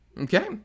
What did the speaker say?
Okay